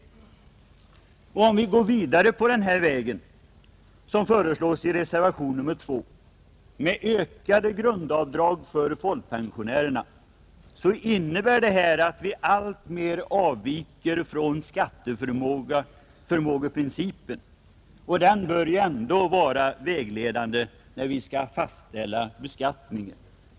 Om vi går vidare på den väg som föreslås i reservationen 2 med ökade grundavdrag för folkpensionärerna innebär det, att vi alltmer avviker från skatteförmågeprincipen, och den bör ju ändå vara vägledande när vi skall fastställa beskattningen.